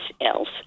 else